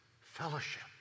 fellowship